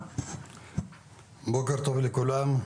בוקר טוב לכולם.